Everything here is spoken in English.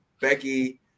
Becky